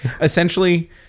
essentially